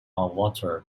water